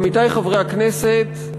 עמיתי חברי הכנסת,